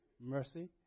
mercy